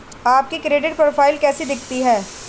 आपकी credit profile कैसी दिखती है?